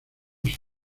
sus